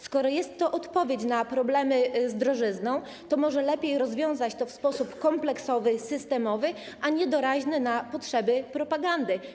Skoro jest to odpowiedź na problemy z drożyzną, to może lepiej rozwiązać to w sposób kompleksowy i systemowy, a nie doraźny, na potrzeby propagandy.